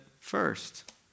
first